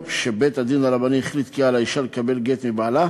שבית-הדין הרבני החליט כי על האישה לקבל גט מבעלה,